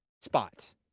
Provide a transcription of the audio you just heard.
spot